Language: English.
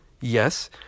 Yes